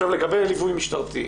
לגבי ליווי משטרתי.